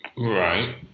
Right